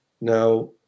Now